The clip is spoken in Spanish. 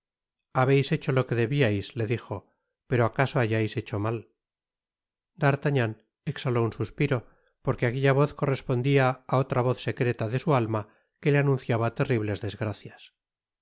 habeis hecho lo que debiais le dijo pero acaso hayais hecho mal d'artagnan exhaló un suspiro porque aquella voz correspondia á otra voz secreta de su alma que le anunciaba terribles desgracias